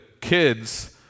kids